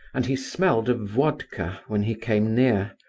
and he smelled of vodka when he came near.